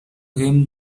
him